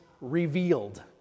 revealed